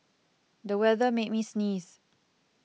the weather made me sneeze